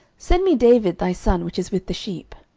send me david thy son, which is with the sheep.